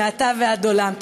מעתה ועד עולם.